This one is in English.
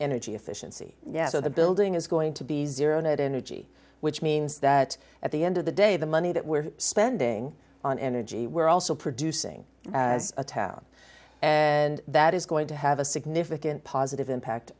energy efficiency yeah so the building is going to be zero net energy which means that at the end of the day the money that we're spending on energy we're also producing as a town and that is going to have a significant positive impact